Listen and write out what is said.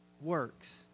Works